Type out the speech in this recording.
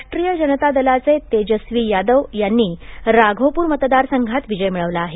राष्ट्रीय जनता दलाचे तेजस्वी यादव यांनी राघोपूर मतदारसंघांत विजय मिळवला आहे